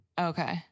Okay